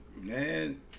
man